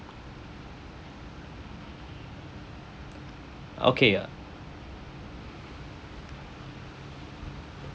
okay